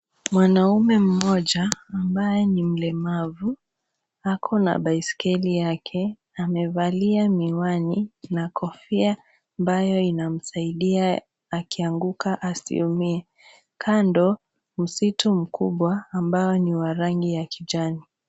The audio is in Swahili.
Mwanaume mmoja ambaye ni mlemavu ako na baiskeli yake amevalia miwani na kofia ambayo inamsaidia akianguka asiumie. Kando msitu mkubwa ambao ni wa rangi ya kijani.